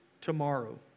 tomorrow